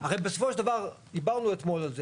הרי בסופו של דבר דיברנו על זה,